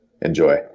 enjoy